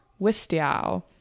Wistiao